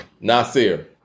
Nasir